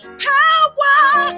power